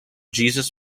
jesus